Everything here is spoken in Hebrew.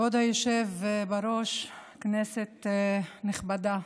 כבוד היושב בראש, כנסת נכבדה,